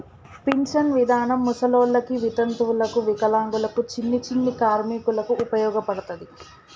pension విధానం ముసలోళ్ళకి వితంతువులకు వికలాంగులకు చిన్ని చిన్ని కార్మికులకు ఉపయోగపడతది